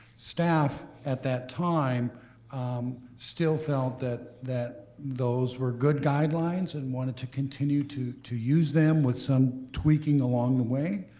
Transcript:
staff at that time still felt that that those were good guidelines and wanted to continue to to use them with some tweaking along the way.